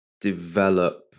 develop